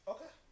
Okay